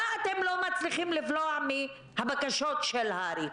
מה אתם לא מצליחים לבלוע מהבקשות של הר"י?